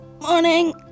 Morning